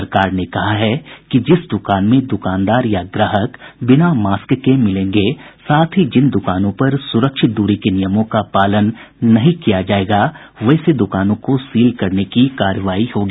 सरकार ने कहा है कि जिस दुकान में दुकानदार या ग्राहक बिना मास्क के मिलेंगे साथ ही जिन दुकानों पर सुरक्षित दूरी के नियमों का पालन नहीं किया जायेगा वैसे दुकानों की सील करने की कार्रवाई होगी